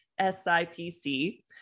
SIPC